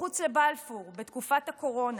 מחוץ לבלפור בתקופת הקורונה.